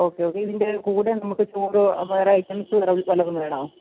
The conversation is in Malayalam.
ഓക്കെ ഓക്കെ ഇതിൻ്റെ കൂടെ നമുക്ക് ചോറ് വേറെ ഐറ്റംസ് വേറെ വല്ലതും വേണോ